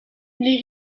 les